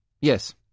Yes